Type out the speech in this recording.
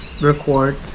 record